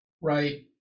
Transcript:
right